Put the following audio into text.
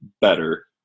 better